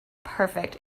perfect